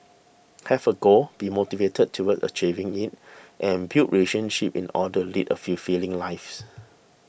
have a goal be motivated towards achieving it and build relationships in order lead a fulfilling lives